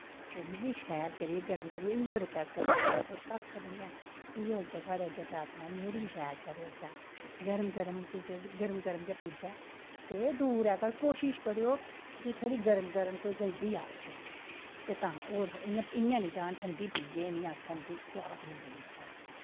ते मिगी शैल करियै गरम करियै इयो रिक्वेस्ट ऐ थोआड़े अग्गै और कक्ख नेईं ऐ इयो अग्गे थोआड़े अग्गै प्रार्थना ऐ मेरी शैल करयो चा गरम गरम च गरम गरम गै पुज्जै ते दूर ऐ घर कोशिश करयो कि थोह्ड़ी थोह्ड़ी गरम गरम ते जल्दी गै आयो बिंद ते तां और इ'यां निं जान ठंडी पियै एह् निं आक्खन कि स्वाद निं बनी चा